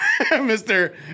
Mr